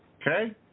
Okay